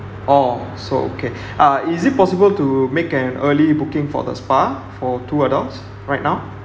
orh so okay uh is it possible to make an early booking for the spa for two adults right now